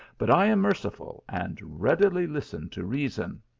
but i am merciful, and readily listen to reason.